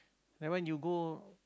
that one you go